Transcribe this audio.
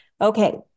okay